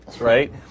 right